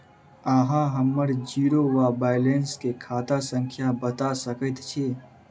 अहाँ हम्मर जीरो वा बैलेंस केँ खाता संख्या बता सकैत छी?